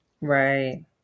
Right